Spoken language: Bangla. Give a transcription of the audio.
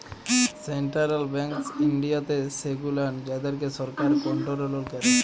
সেন্টারাল ব্যাংকস ইনডিয়াতে সেগুলান যাদেরকে সরকার কনটোরোল ক্যারে